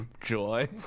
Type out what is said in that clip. joy